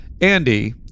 Andy